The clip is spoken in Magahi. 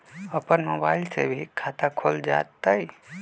अपन मोबाइल से भी खाता खोल जताईं?